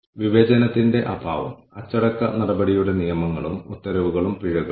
നമുക്ക് ഇത് കണക്കാക്കാൻ കഴിയുമെങ്കിൽ അങ്ങനെ മറ്റൊന്നില്ല